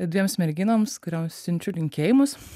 dviems merginoms kuriom siunčiu linkėjimus